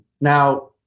Now